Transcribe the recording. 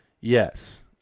Yes